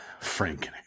Franken